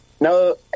No